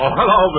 hello